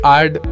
add